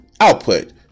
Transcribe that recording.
output